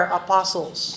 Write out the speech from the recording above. apostles